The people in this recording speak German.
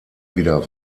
wieder